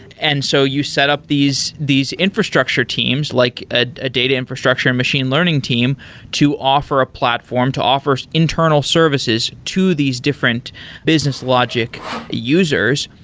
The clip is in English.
and so you set up these these infrastructure teams, like a data infrastructure and machine learning team to offer a platform, to offer internal services to these different business logic users.